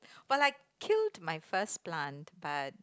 but I killed my first plant but